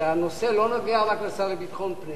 שהנושא לא נוגע רק לשר לביטחון פנים.